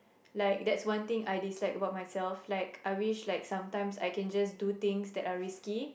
like that's one thing I dislike about myself like I wish like sometimes I can just do things that are risky